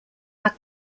are